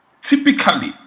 typically